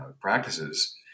practices